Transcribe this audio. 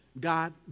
God